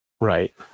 Right